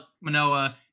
Manoa